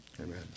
Amen